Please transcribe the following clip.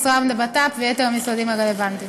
משרד הבט"פ ויתר המשרדים הרלוונטיים.